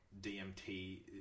DMT